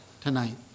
tonight